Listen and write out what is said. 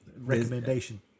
recommendation